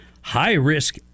high-risk